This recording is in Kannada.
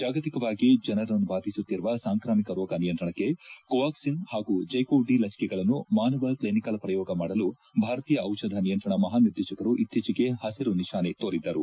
ಜಾಗತಿಕವಾಗಿ ಜನರನ್ನು ಬಾಧಿಸುತ್ತಿರುವ ಸಾಂಕ್ರಾಮಿಕ ರೋಗ ನಿಯಂತ್ರಣಕ್ಕೆ ಕೋವಾಕ್ಸಿನ್ ಹಾಗೂ ಜೈಕೋವ್ ಡಿ ಲಸಿಕೆಗಳನ್ನು ಮಾನವ ಕ್ಲಿನಿಕಲ್ ಪ್ರಯೋಗ ಮಾಡಲು ಭಾರತೀಯ ಔಷಧ ನಿಯಂತ್ರಣ ಮಹಾನಿದೇಶಕರು ಇತ್ತೀಚೆಗೆ ಹಸಿರು ನಿಶಾನೆ ತೋರಿದ್ದರು